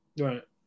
right